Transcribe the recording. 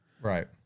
Right